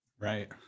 Right